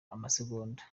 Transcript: amasegonda